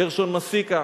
בתושביה, גרשון מסיקה,